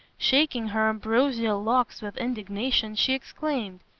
shaking her ambrosial locks with indignation, she exclaimed,